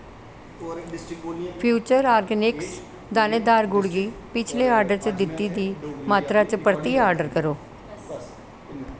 future Organics दानेदार गुड़ गी पिछले आर्डर च दित्ती दी मात्तरा च परतियै आर्डर करो